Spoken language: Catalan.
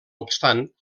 obstant